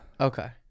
Okay